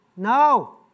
No